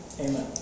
Amen